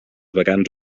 vacants